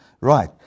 right